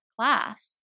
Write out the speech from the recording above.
class